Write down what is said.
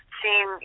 seen